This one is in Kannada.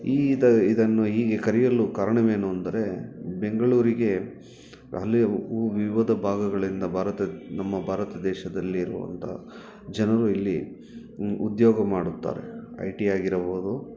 ಈ ಇದು ಇದನ್ನು ಹೀಗೆ ಕರೆಯಲು ಕಾರಣವೇನು ಅಂದರೆ ಬೆಂಗಳೂರಿಗೆ ಅಲ್ಲಿಯ ಊ ವಿವಿಧ ಭಾಗಗಳಿಂದ ಭಾರತ ನಮ್ಮ ಭಾರತ ದೇಶದಲ್ಲಿರುವಂಥ ಜನರು ಇಲ್ಲಿ ಉದ್ಯೋಗ ಮಾಡುತ್ತಾರೆ ಐ ಟಿ ಆಗಿರಬೌದು